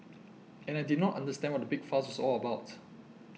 and I did not understand what the big fuss was all about